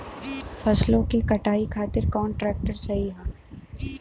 फसलों के कटाई खातिर कौन ट्रैक्टर सही ह?